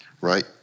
right